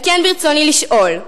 על כן, ברצוני לשאול: